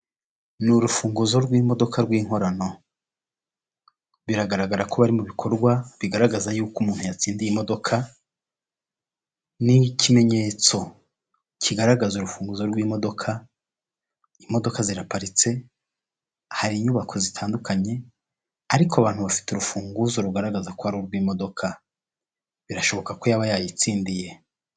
Ni urufunguzo rw'imodoka rw'inkorano. Biragaragara ko bari mu bikorwa bigaragaza yuko umuntu yatsindiye imodoka, n'ikimenyetso kigaragaza urufunguzo rw'imodoka, imodoka ziraparitse hari inyubako zitandukanye ariko abantu bafite urufunguzo rugaragaza ko ari urw'imodoka. Birashoboka ko yaba yayitsindiye.